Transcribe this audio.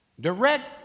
direct